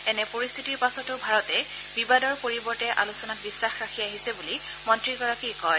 এনে পৰিস্থিতিৰ পাছতো ভাৰতে বিবাদৰ পৰিবৰ্তে আলোচনাত বিশ্বাস ৰাখি আহিছে বুলি মন্ত্ৰীগৰাকীয়ে কয়